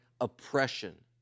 oppression